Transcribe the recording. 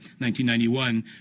1991